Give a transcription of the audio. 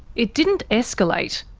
it didn't escalate,